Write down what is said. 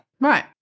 Right